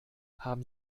haben